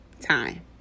time